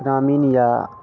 ग्रामीण या